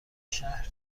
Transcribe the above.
شهر